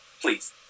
please